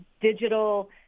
digital